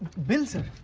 bill sir.